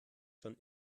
schon